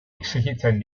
exijitzen